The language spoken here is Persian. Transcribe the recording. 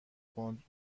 کند